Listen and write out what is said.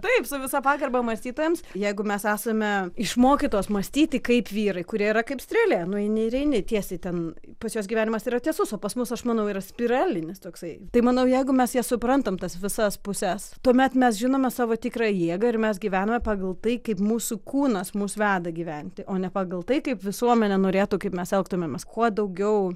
taip su visa pagarba mąstytojams jeigu mes esame išmokytos mąstyti kaip vyrai kurie yra kaip strėlė nueini ir eini tiesiai ten pas juos gyvenimas yra tiesus o pas mus aš manau yra spiralinis toksai tai manau jeigu mes jas suprantam tas visas puses tuomet mes žinome savo tikrą jėgą ir mes gyvename pagal tai kaip mūsų kūnas mus veda gyventi o ne pagal tai kaip visuomenė norėtų kaip mes elgtumėmės kuo daugiau